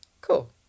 Cool